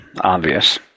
Obvious